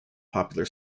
popular